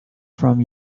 from